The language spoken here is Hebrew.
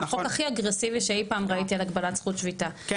החוק הכי אגרסיבי שאי פעם ראיתי על הגבלת זכות שביתה,